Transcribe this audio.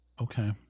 Okay